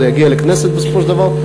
זה יגיע לכנסת בסופו של דבר.